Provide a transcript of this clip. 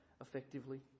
effectively